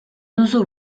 duzu